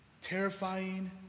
Terrifying